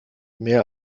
mehr